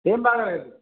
ఏమి బాగాలేదు